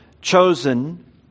chosen